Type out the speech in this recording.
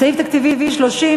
סעיף תקציבי 30,